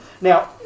now